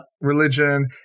Religion